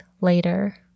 later